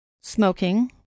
smoking